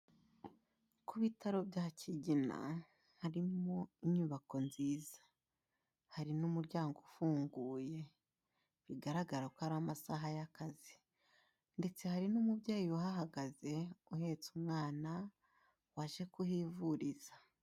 Ku bitaro bya Kigina, harimo inyubako nziza. Hari n'umuryango ufunguye. Bigaragara ko ari amasaha y'akazi ndetse hari n'umubyeyi uhahagaze, uhetse umwana, waje kuhivuriza.